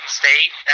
state